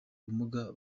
ubumuga